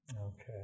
Okay